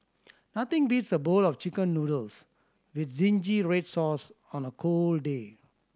nothing beats a bowl of Chicken Noodles with zingy red sauce on a cold day